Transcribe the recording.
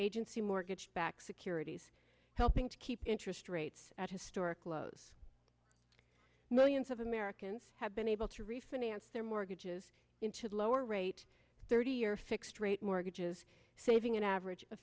agency mortgage backed securities helping to keep interest rates at historic lows millions of americans have been able to refinance their mortgages into lower rate thirty year fixed rate mortgage is saving an average